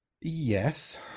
Yes